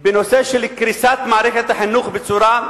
בנושא של קריסת מערכת החינוך בצורה,